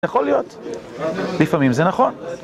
יכול להיות, לפעמים זה נכון